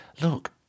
look